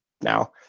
now